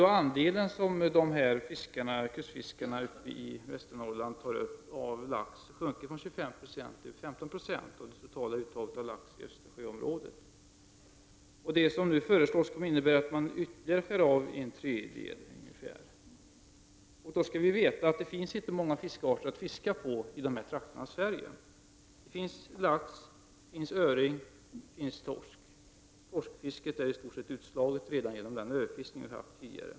Den andel av lax som kustfiskarna i Västernorrland tar upp har nu sjunkit från 25 Yo till 15 96 av det totala uttaget av lax i hela Östersjöområdet. Det som nu föreslås skulle innebära att det blir en ytterligare minskning med ungefär en tredjedel. Då skall man veta att det inte finns så många fiskarter i dessa delar av Sverige. Det finns lax, öring och torsk. Torskfisket är i stort sett utslaget redan till följd av den överfiskning som vi har haft tidigare.